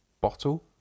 bottle